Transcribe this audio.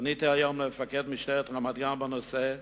פניתי היום למפקד משטרת רמת-גן בנושא,